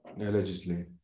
allegedly